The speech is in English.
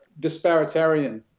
disparitarian